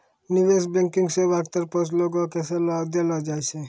निबेश बैंकिग सेबा के तरफो से लोगो के सलाहो देलो जाय छै